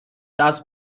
دست